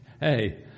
Hey